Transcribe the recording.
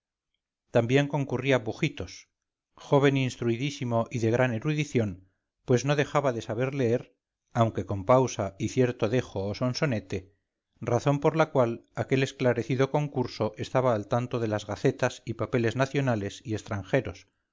también concurría pujitos joven instruidísimo y de gran erudición pues no dejaba de saber leer aunque con pausa y cierto dejo o sonsonete razón por la cual aquel esclarecido concurso estaba al tanto de las gacetas y papeles nacionales y extranjeros